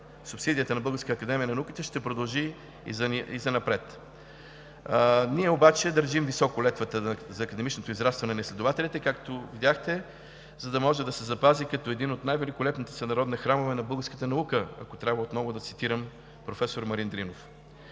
субсидията на Българската академия на науките, ще продължи и занапред. Ние обаче държим високо летвата за академичното израстване на изследователите, както видяхте, за да може да се запази като „един от най-великолепните всенародни храмове на българската наука“, ако трябва отново да цитирам професор Марин Дринов.